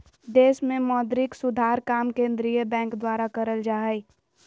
देश मे मौद्रिक सुधार काम केंद्रीय बैंक द्वारा करल जा हय